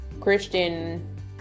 Christian